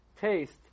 taste